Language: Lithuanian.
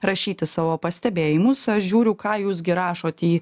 rašyti savo pastebėjimus aš žiūriu ką jūs gi rašot į